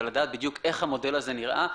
ולדעת בדיוק אין המודל הזה נראה,